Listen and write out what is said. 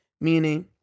meaning